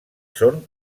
són